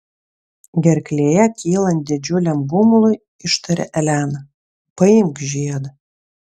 gerklėje kylant didžiuliam gumului ištarė elena paimk žiedą